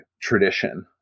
tradition